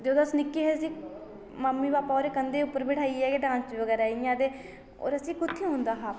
जदूं अस निक्के हे असें मम्मी पापा होरें कंधे उप्पर बठाइयै गै डांस बगैरा इ'यां ते होर असें कुत्थें आंदा हा